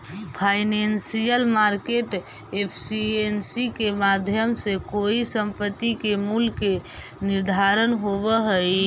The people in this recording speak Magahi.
फाइनेंशियल मार्केट एफिशिएंसी के माध्यम से कोई संपत्ति के मूल्य के निर्धारण होवऽ हइ